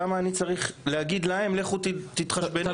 למה אני צריך להגיד לכם: לכו תתחשבנו?